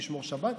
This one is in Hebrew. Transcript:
תשמור שבת.